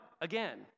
Again